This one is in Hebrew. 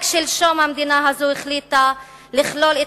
רק שלשום המדינה הזאת החליטה לכלול את